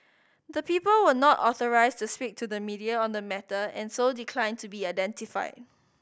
the people were not authorised to speak to the media on the matter and so declined to be identified